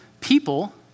people